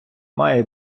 має